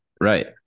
Right